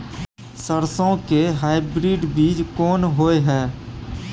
सरसो के हाइब्रिड बीज कोन होय है?